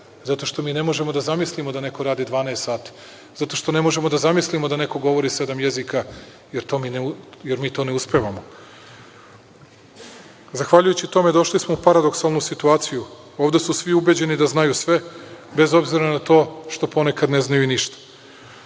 zato što mi ne možemo da zamislimo da neko radi 12 sati, zato što ne možemo da zamislimo da neko govori sedam jezika, jer mi to ne uspevamo. Zahvaljujući tome došli smo u paradoksalnu situaciju, ovde su svi ubeđeni da znaju sve, bez obzira na to što ponekad ne znaju ništa.